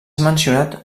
mencionat